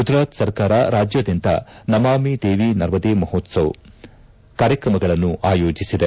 ಗುಜರಾತ್ ಸರ್ಕಾರ ರಾಜ್ಯಾದ್ಯಂತ ನಮಾಮಿ ದೇವಿ ನರ್ಮದೇ ಮಹೋತ್ಸವ್ ಕಾರ್ಯಕ್ರಮಗಳನ್ನು ಆಯೋಜಿಸಿದೆ